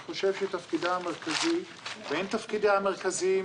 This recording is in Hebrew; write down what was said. אני חושב שתפקידה המרכזי בין תפקידיה המרכזיים